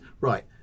right